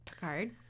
card